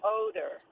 odor